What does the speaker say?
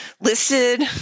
listed